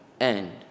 end